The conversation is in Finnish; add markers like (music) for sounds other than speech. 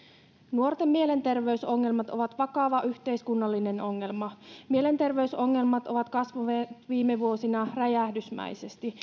nuorten mielenterveysongelmat ovat vakava yhteiskunnallinen ongelma mielenterveysongelmat ovat kasvaneet viime vuosina räjähdysmäisesti (unintelligible)